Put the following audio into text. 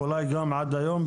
אולי גם עד היום,